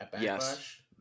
yes